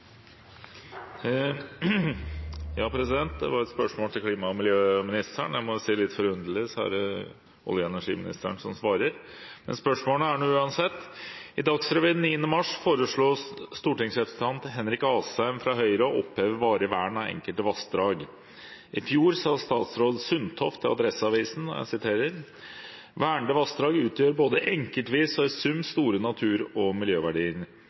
Ja, det var et spørsmål til klima- og miljøministeren, jeg må si det er litt forunderlig at det er olje- og energiministeren som svarer. Spørsmålet er uansett: «I Dagsrevyen 9. mars foreslo stortingsrepresentant Henrik Asheim fra Høyre å oppheve varig vern av enkelte vassdrag. I fjor sa statsråd Sundtoft til Adresseavisen: «Vernede vassdrag utgjør både enkeltvis og i sum store natur- og